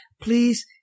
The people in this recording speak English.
please